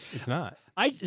it's not, i,